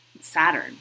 Saturn